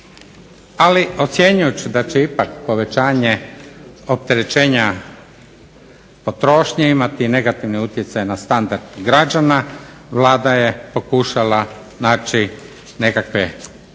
Ali ocjenjujući da će ipak povećanje opterećenja potrošnje imati negativne utjecaje na standard građana Vlada je pokušala naći nekakve